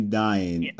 dying